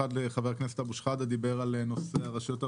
אחת לחה"כ אבו שחאדה שדיבר על נושא הרשויות הערביות.